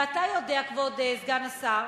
ואתה יודע, כבוד סגן השר,